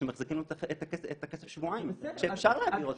שמחזיקים את הכסף שבועיים כשאפשר להעביר אותו.